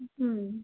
ம்